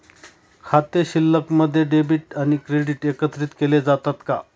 खाते शिल्लकमध्ये डेबिट आणि क्रेडिट एकत्रित केले जातात का?